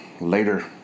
later